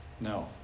No